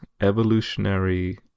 evolutionary